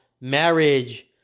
marriage